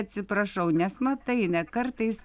atsiprašau nes matai ne kartais